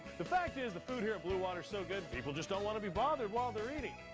the fact is, the food here at blue water's so good, people just don't want to be bothered while they're eating.